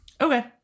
Okay